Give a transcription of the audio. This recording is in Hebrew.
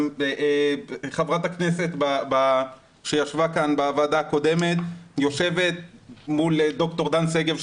גם חברת הכנסת שישבה כאן בוועדה הקודמת יושבת מול ד"ר דן שגב,